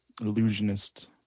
illusionist